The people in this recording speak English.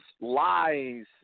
lies